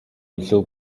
илүү